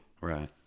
Right